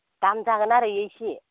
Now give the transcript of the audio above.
दाम जागोन आरो इयो एसे